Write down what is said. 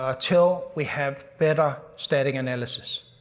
ah till we have better static analysis.